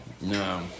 No